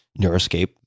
Neuroscape